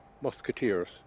musketeers